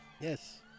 Yes